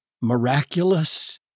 miraculous